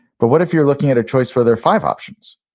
but what if you're looking at a choice where there are five options.